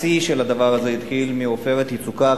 השיא של הדבר הזה התחיל מ"עופרת יצוקה",